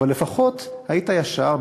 אבל לפחות היית ישר,